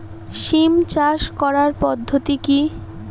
সিম চাষ করার পদ্ধতি কী?